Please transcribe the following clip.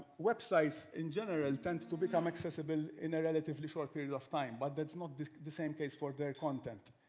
websites in general tend to become accessible in a relatively short period of time. but that is not the same case for the content.